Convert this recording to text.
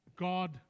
God